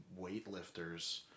weightlifters